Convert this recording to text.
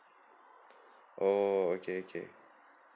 oh okay okay